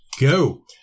go